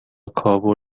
کابل